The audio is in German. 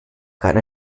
kann